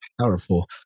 powerful